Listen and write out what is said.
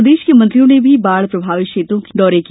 प्रदेश के मंत्रियों ने भी बाढ़ प्रभावित क्षेत्रों का दौरान किया